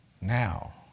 now